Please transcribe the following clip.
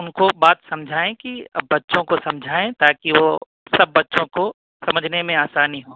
ان کو بات سمجھائیں کہ آپ بچوں کو سمجھائیں تاکہ وہ سب بچوں کو سمجھنے میں آسانی ہو